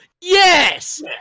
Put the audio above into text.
Yes